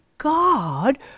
God